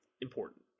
important